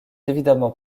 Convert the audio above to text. évidemment